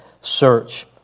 search